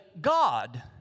God